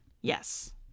Yes